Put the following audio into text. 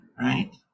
right